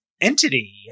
entity